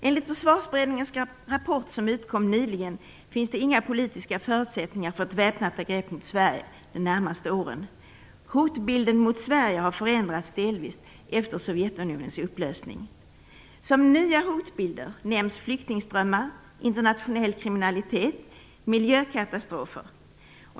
Enligt Försvarsberedningens rapport, som kom nyligen, finns det inga politiska förutsättningar för ett väpnat angrepp mot Sverige de närmaste åren. Hotbilden mot Sverige har förändrats delvis efter Sovjetunionens upplösning. Som nya hotbilder nämns flyktingströmmar, internationell kriminalitet och miljökatastrofer.